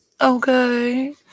Okay